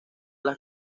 las